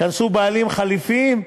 ייכנסו בעלים חלופיים,